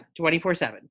24-7